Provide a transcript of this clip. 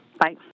Bye